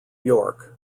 york